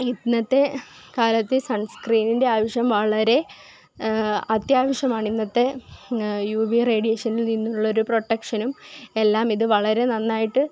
ഇന്നത്തെ കാലത്ത് സണ് സ്ക്രീനിന്റെ ആവശ്യം വളരെ അത്യാവശ്യമാണ് ഇന്നത്തെ യു വി റേഡിയേഷനില് നിന്നുള്ളൊരു പ്രൊട്ടക്ഷനും എല്ലാം ഇത് വളരെ നന്നായിട്ട്